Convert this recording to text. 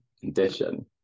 condition